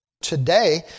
Today